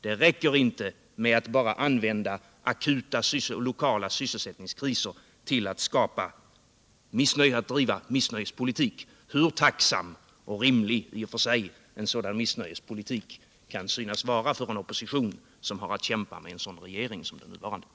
Det räcker inte med att använda akuta lokala sysselsättningskriser för att driva missnöjespolitik — hur tacksam och rimlig en dylik politik i och för sig kan synas vara för en opposition som har att kämpa med en sådan regering som den nuvarande.